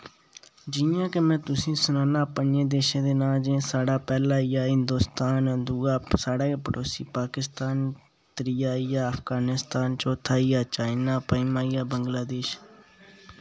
जि'यां के में तुसें सनान्ना प'ञें देशे दे नांऽ जि'यां साढ़ा पैह्ला आई गेआ हिन्दोस्तान दुआ साढ़ा गै पड़ोसी पाकिस्तान त्रिया आई गेआ अफगानिस्तान चौथा आई गेआ चाइना पञमां आई गेआ बंगलादेश